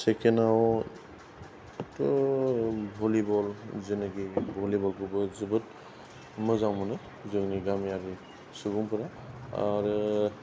सेकेन्डआवथ' volleyball जेनोखि भलिबलखौबो जोबोद मोजां मोनो जोंंनि गामियारि सुबुंफोरा आरो